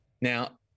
Now